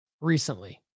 recently